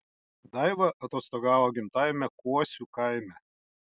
daiva atostogavo gimtajame kuosių kaime